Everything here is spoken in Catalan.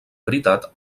veritat